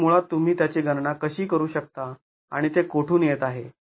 तर मुळात तुम्ही त्याची गणना कशी करू शकता आणि ते कोठून येत आहे